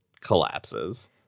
collapses